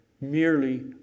merely